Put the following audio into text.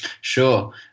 sure